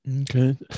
Okay